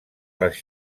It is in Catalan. les